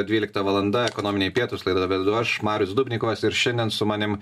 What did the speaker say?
dvylikta valanda ekonominiai pietūs laidą vedu aš marius dubnikovas ir šiandien su manim